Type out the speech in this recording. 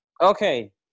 Okay